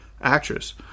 actress